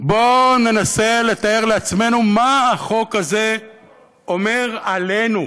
בוא ננסה לתאר לעצמנו מה החוק הזה אומר עלינו,